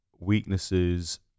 weaknesses